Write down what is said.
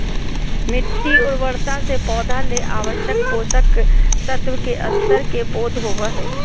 मिटटी उर्वरता से पौधा ले आवश्यक पोषक तत्व के स्तर के बोध होबो हइ